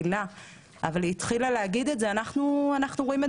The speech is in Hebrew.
הילה שרואים את זה במקומות.